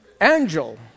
angel